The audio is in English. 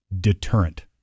deterrent